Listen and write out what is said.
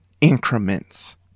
increments